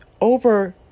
over